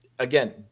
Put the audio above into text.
Again